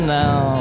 now